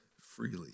freely